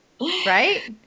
right